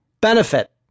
benefit